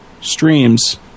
streams